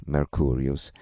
Mercurius